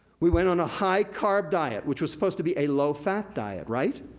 we went on a high carb diet, which was supposed to be a low fat diet, right?